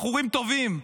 בחורים טובים,